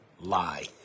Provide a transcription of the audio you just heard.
lie